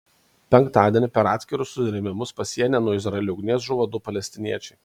penktadienį per atskirus susirėmimus pasienyje nuo izraelio ugnies žuvo du palestiniečiai